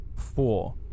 four